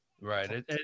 right